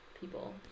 people